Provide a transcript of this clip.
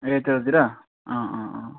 ए त्यतातिर अँ अँ अँ